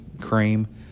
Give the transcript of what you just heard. cream